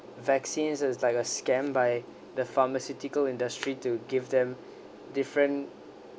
vaccine is like a scam by the pharmaceutical industry to give them different